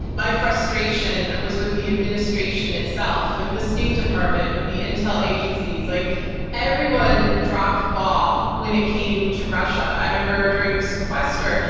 my frustration was with the administration administration itself, with the state department, with the intel agencies, like everyone dropped the ball when it came to russia. i remember during the sequester,